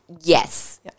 Yes